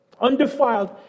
undefiled